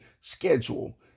schedule